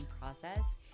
process